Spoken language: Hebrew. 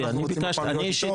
אז אנחנו רוצים הפעם להיות איתו.